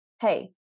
Hey